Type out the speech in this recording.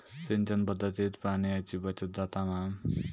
सिंचन पध्दतीत पाणयाची बचत जाता मा?